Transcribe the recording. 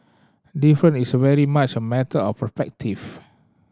different is very much a matter of perspective